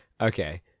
Okay